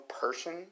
person